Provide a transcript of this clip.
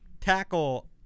tackle